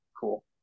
cool